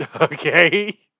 Okay